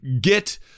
get